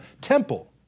temple